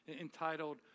entitled